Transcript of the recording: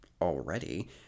already